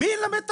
מי ילמד את